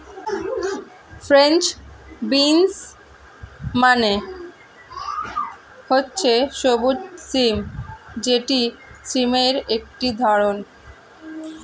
French beans মানে হচ্ছে সবুজ সিম যেটি সিমের একটি ধরণ